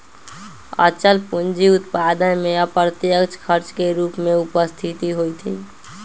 अचल पूंजी उत्पादन में अप्रत्यक्ष खर्च के रूप में उपस्थित होइत हइ